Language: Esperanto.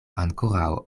ankoraŭ